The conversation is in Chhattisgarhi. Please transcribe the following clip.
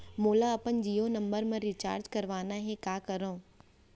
मोला अपन जियो नंबर म रिचार्ज करवाना हे, का करव?